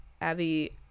abby